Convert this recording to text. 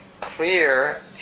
clear